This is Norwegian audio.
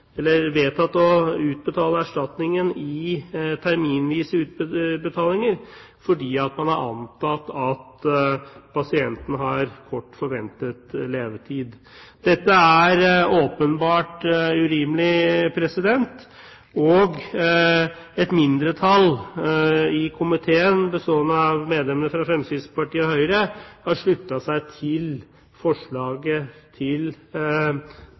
eller vedtatt å utbetale erstatningen i terminvise utbetalinger – fordi man har antatt at pasienten har kort forventet levetid. Dette er åpenbart urimelig, og et mindretall i komiteen, bestående av medlemmene fra Fremskrittspartiet og Høyre, har sluttet seg til forslaget